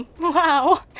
Wow